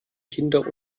kinder